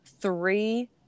three